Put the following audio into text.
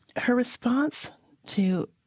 her response to